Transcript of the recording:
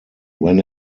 when